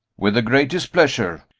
with the greatest pleasure.